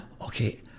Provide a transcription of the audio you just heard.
Okay